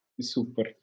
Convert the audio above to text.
Super